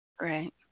Right